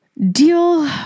Deal